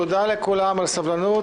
תודה לכולם על הסבלנות.